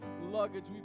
luggage